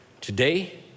Today